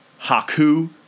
Haku